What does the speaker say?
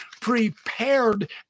prepared